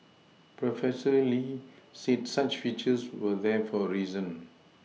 Professor Lee said such features were there for a reason